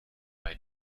bei